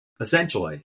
essentially